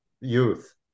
youth